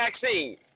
vaccine